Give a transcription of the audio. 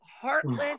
heartless